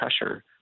pressure